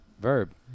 Verb